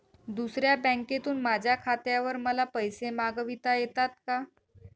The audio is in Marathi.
दुसऱ्या बँकेतून माझ्या खात्यावर मला पैसे मागविता येतात का?